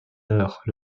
heures